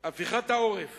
הפיכת העורף